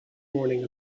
morning